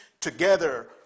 together